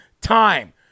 time